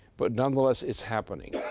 but nonetheless it's happening.